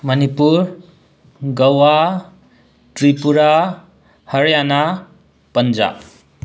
Manipur Goa Tripura Haryana Punjab